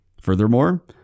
Furthermore